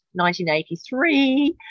1983